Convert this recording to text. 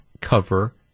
cover